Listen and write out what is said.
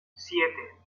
siete